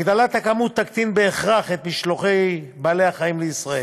הגדלת הכמות תקטין בהכרח את משלוחי בעלי-החיים לישראל.